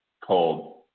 cold